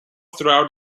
throughout